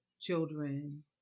children